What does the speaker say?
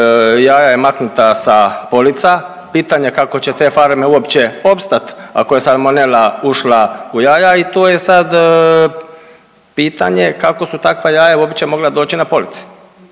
jaja je maknuta sa polica, pitanje je kako će te farme uopće opstat ako je salmonela ušla u jaja i to je sad pitanje kako su takva jaja uopće mogla doći na police